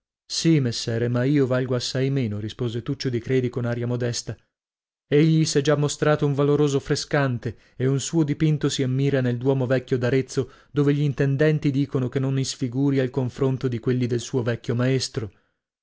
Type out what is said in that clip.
sì messere ma io valgo assai meno rispose tuccio di credi con aria modesta egli s'è già mostrato un valoroso frescante e un suo dipinto si ammira nel duomo vecchio d'arezzo ove gl'intendenti dicono che non isfiguri al confronto di quelli del suo vecchio maestro